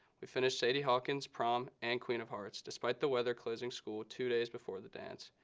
we finished sadie hawkins prom and queen of hearts, despite the weather closing school two days before the dance.